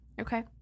Okay